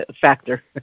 factor